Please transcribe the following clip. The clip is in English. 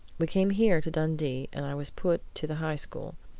we came here to dundee, and i was put to the high school,